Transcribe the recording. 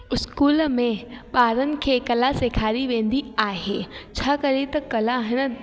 school में ॿारनि खे कला सेखारी वेंदी आहे छा करे त कला हिन